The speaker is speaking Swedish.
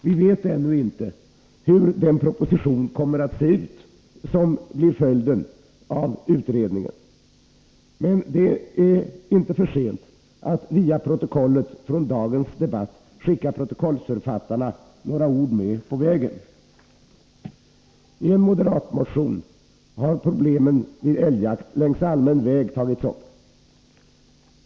Vi vet ännu inte hur den proposition kommer att se ut som blir följden av utredningen, men det är inte för sent att via protokollet från dagens debatt skicka propositionsförfattarna några ord med på vägen. I en moderat motion har problemen vid älgjakt längs allmän väg tagits upp.